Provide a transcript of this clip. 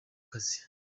kazi